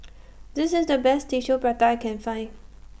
This IS The Best Tissue Prata I Can Find